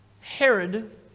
Herod